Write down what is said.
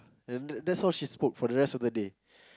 then that's all she spoke for the rest of the day